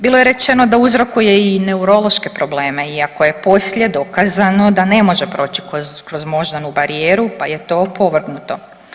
Bilo je rečeno da uzrokuje i neurološke probleme iako je poslije dokazano da ne može proći kroz moždanu barijeru pa je to opovrgnuto.